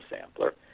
sampler